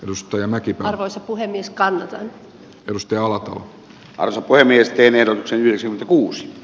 lusto ja näki arvoisa puhemies kannanoton kalustealatalo asu kuin miesten eroksen viisi kuus